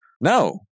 No